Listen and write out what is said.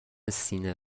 سینه